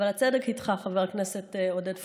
אבל הצדק איתך, חבר הכנסת עודד פורר: